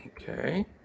Okay